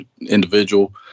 individual